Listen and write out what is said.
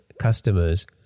customers